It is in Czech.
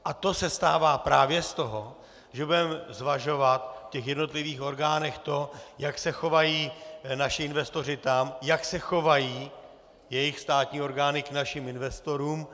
A to se stává právě z toho, že budeme zvažovat v těch jednotlivých orgánech to, jak se chovají naši investoři tam, jak se chovají jejich státní orgány k našim investorům.